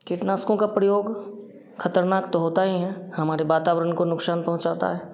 कीटनाशकों का प्रयोग खतरनाक होता हीं है हमारे वातावरण को नुकसान पहुँचाता है